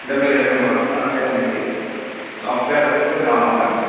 అంటే మీరు ఏమైన వర్క్ అంటే మీది సాఫ్ట్వేరా లేకపోతే నార్మలేనా